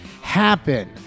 happen